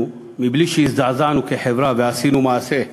בלי שהזדעזענו כחברה ועשינו מעשה כמדינה,